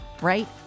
right